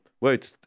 Wait